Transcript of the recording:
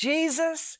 Jesus